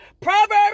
Proverbs